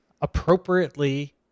appropriately